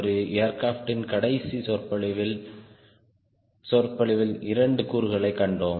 ஒரு ஏர்கிராப்ட்ன் கடைசி சொற்பொழிவில் 2 கூறுகளைக் கண்டோம்